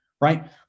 right